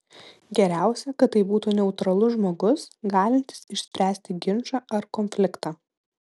geriausia kad tai būtų neutralus žmogus galintis išspręsti ginčą ar konfliktą